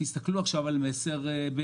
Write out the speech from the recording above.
תסתכלו עכשיו על מסר-בארי.